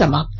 समाप्त